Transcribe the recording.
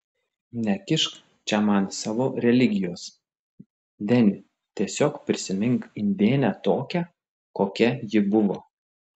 nekišk čia man savo religijos deni tiesiog prisimink indėnę tokią kokia ji buvo